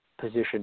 position